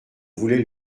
voulait